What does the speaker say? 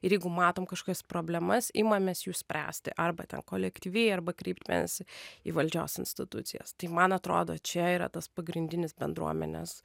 ir jeigu matom kažkokias problemas imamės jų spręsti arba ten kolektyviai arba kreipiamės į valdžios institucijas tai man atrodo čia yra tas pagrindinis bendruomenės